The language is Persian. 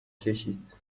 کشید